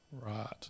Right